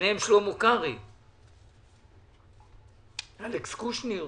ביניהם שלמה קרעי, אלכס קושניר.